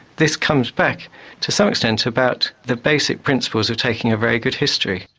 this comes back to some extent about the basic principles of taking a very good history.